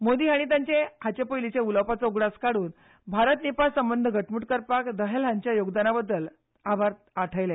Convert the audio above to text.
मोदी हांणी तांचे हाचे पयलीं उलोवपाचो उगडास काडून भारत नेपाळ संबंद घटमूट करपाक दहल हांच्या योगदाना खातीर उपकार आठयले